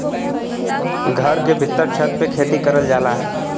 घर के भीत्तर छत पे खेती करल जाला